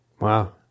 Wow